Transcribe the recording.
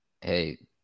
hey